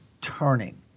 turning